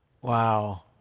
Wow